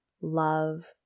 love